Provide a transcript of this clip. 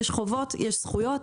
יש חובות ויש זכויות,